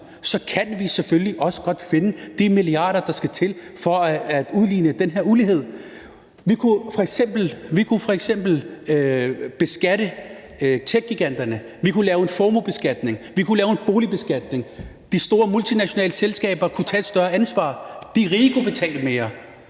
så kan vi selvfølgelig også godt finde de milliarder, der skal til for at udligne den her ulighed. Vi kunne f.eks. beskatte techgiganterne, vi kunne lave en formuebeskatning, vi kunne lave en boligbeskatning, de store multinationale selskaber kunne tage et større ansvar, de rige kunne betale mere